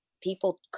people